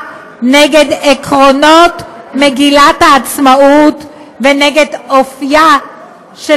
נגד עקרונות מגילת העצמאות ונגד אופייה של